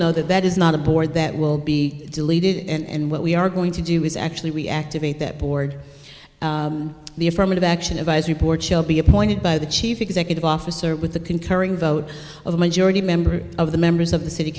know that that is not a board that will be deleted and what we are going to do is actually we activate that board the affirmative action advisory board shelby appointed by the chief executive officer with the concurring vote of a majority member of the members of the city